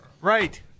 Right